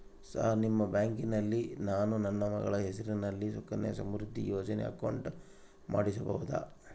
Sir ನಿಮ್ಮ ಬ್ಯಾಂಕಿನಲ್ಲಿ ನಾನು ನನ್ನ ಮಗಳ ಹೆಸರಲ್ಲಿ ಸುಕನ್ಯಾ ಸಮೃದ್ಧಿ ಯೋಜನೆ ಅಕೌಂಟ್ ಮಾಡಿಸಬಹುದಾ?